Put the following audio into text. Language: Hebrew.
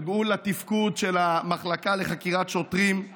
נגעו לתפקוד של המחלקה לחקירת שוטרים בסיפור הזה.